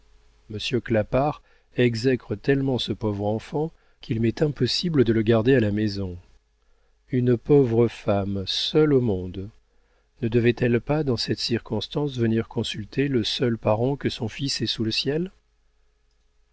monsieur clapart exècre tellement ce pauvre enfant qu'il m'est impossible de le garder à la maison une pauvre femme seule au monde ne devait-elle pas dans cette circonstance venir consulter le seul parent que son fils ait sous le ciel